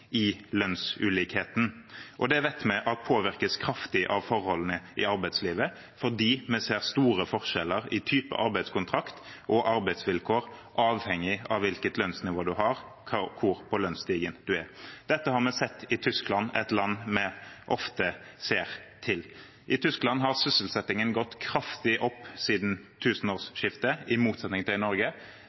i lønnsulikheten. Det vet vi at påvirkes kraftig av forholdene i arbeidslivet, fordi vi ser store forskjeller i type arbeidskontrakt og arbeidsvilkår, avhengig av hvilket lønnsnivå man har, og hvor på lønnsstigen man er. Dette har vi sett i Tyskland, et land vi ofte ser til. I Tyskland har sysselsettingen gått kraftig opp siden tusenårsskiftet, i motsetning til i Norge,